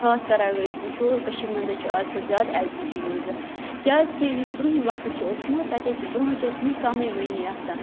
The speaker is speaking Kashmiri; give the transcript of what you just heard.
خاص کَر اگر أسۍ وٕچھو کٔشیٖر منٛز حظ چھِ آز کَل زیادٕ اٮ۪ل پی جی یوٗز گژھان کیٛازِکہِ یُس برُنٛہِم وقت چھِ اوسمُت تَتہِ حظ چھِ برٛونٛہہ حظ چھِ ٲسۍمٕتۍ کَمٕے مٔنی آسان